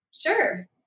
Sure